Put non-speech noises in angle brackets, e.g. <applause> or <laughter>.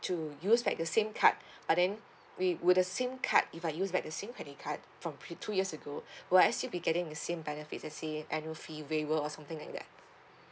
to use like the same card <breath> but then we would the same card if I use back the same credit card from pre~ two years ago <breath> will I still be getting the same benefits let's say annual fee waiver or something like that